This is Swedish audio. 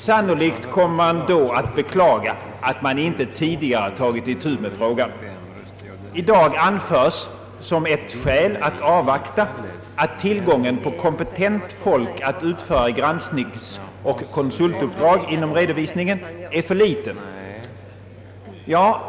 Sannolikt kommer man då att beklaga att man inte tidigare tagit itu med frågan. I dag anförs som ett skäl för att avvakta att tillgången på kompetent folk för granskningsoch konsultuppdrag inom redovisningen är för liten.